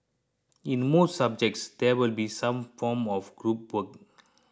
in most subjects there will be some form of group work